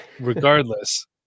regardless